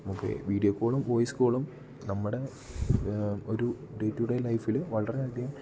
video ക്കോളും voice കോളും നമ്മുടെ ഒരു ഡേ റ്റു ഡേ ലൈഫിൽ വളരെ അധികം